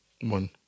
one